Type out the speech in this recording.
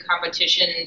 competition